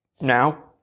now